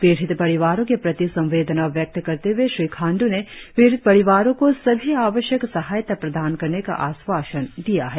पीड़ित परिवारों के प्रति संवेदना व्यक्त करते हए श्री खांड् ने पीड़ित परिवारो को सभी आवश्यक सहायता प्रदान करने का आश्वासन दिया है